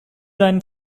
deinen